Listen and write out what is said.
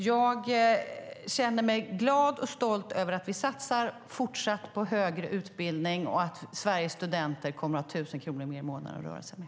Jag känner mig glad och stolt över att vi fortsatt satsar på högre utbildning och att Sveriges studenter kommer att ha 1 000 kronor mer i månaden att röra sig med.